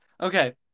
Okay